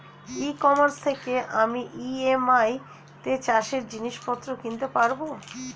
ই commerce থেকে আমি EMI তে চাষে জিনিসপত্র কিনতে পারব?